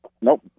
Nope